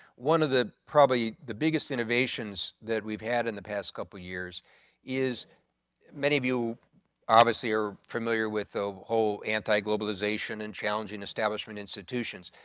one of the probably the biggest innovations that we've had in the past couple of years is many of you obviously are familiar with the whole anti-globalization and challenging establishment institutions,